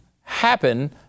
happen